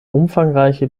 umfangreiche